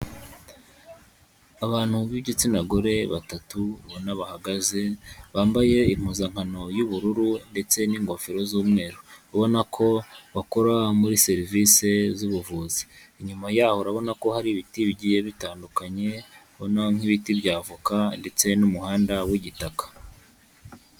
Abantu b'igitsina gore batatu ubona bahagaze, bambaye impuzankano y'ubururu ndetse n'ingofero z'umweru. Ubona ko bakora muri serivisi z'ubuvuzi. Inyuma yaho urabona ko hari ibiti bigiye bitandukanye, urabona nk'ibiti bya avoka ndetse n'umuhanda w'igitaka.